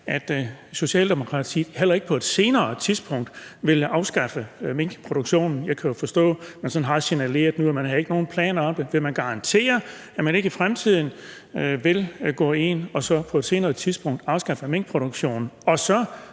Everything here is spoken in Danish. at Socialdemokratiet heller ikke på et senere tidspunkt vil afskaffe minkproduktionen? Jeg kan jo forstå, at man sådan har signaleret nu, at man ikke har nogen planer om det. Vil man garantere, at man ikke i fremtiden vil gå ind og afskaffe minkproduktionen, altså